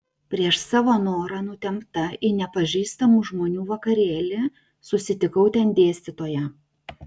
prieš savo norą nutempta į nepažįstamų žmonių vakarėlį susitikau ten dėstytoją